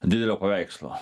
didelio paveikslo